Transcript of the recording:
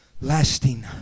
Lasting